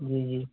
جی جی